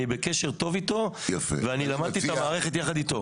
אז אני מציע שתבוא איתו